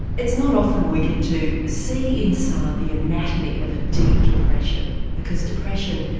it's not often we get to see inside the anatomy of a deep depression because depression,